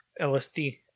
LSD